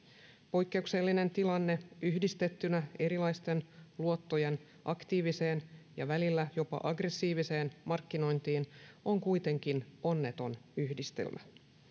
poikkeuksellinen tilanne yhdistettynä erilaisten luottojen aktiiviseen ja välillä jopa aggressiiviseen markkinointiin on kuitenkin onneton yhdistelmä